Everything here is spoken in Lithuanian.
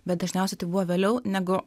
bet dažniausiai tai buvo vėliau negu